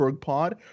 Pod